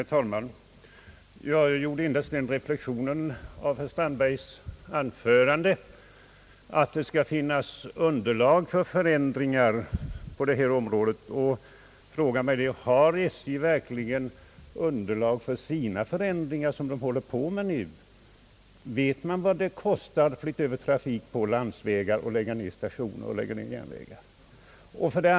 Herr talman! Jag gör endast den reflexionen i anledning av herr Strandbergs anförande om att det bör finnas ekonomiska utredningar före förändringarna på detta område. Jag frågar mig om SJ verkligen har sådana för sina förändringar. Vet man vad det kostar att flytta över trafik på landsvägar och att samtidigt lägga ned järnvägslinjer och stationer?